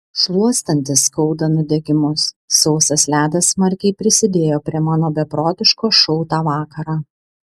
šluostantis skauda nudegimus sausas ledas smarkiai prisidėjo prie mano beprotiško šou tą vakarą